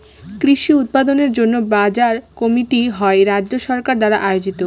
কৃষি উৎপাদনের জন্য বাজার কমিটি হয় রাজ্য সরকার দ্বারা আয়োজিত